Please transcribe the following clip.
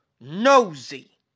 nosy